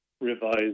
revised